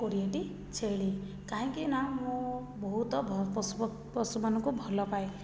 କୋଡ଼ିଏଟି ଛେଳି କାହିଁକି ନା ମୁଁ ବହୁତ ପଶୁ ପଶୁ ମାନଙ୍କୁ ଭଲ ପାଏ